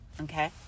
okay